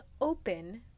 open